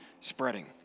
spreading